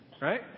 Right